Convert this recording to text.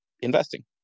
investing